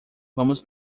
vamos